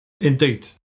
Indeed